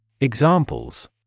Examples